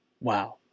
wow